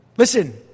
Listen